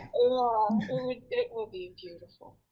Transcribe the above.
um it will be beautiful,